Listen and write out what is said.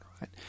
right